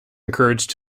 encouraged